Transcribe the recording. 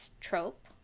trope